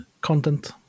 content